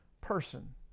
person